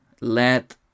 let